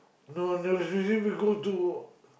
no usually we go to